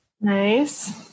Nice